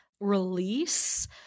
release